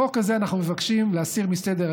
את החוק הזה אנחנו מבקשים להסיר מסדר-היום,